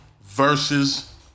Versus